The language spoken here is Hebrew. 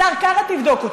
השר קרא, תבדוק אותי.